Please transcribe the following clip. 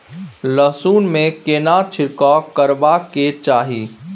लहसुन में केना छिरकाव करबा के चाही?